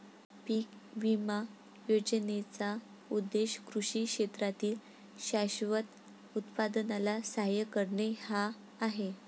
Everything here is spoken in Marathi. पीक विमा योजनेचा उद्देश कृषी क्षेत्रातील शाश्वत उत्पादनाला सहाय्य करणे हा आहे